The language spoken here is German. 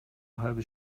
halbe